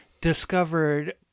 discovered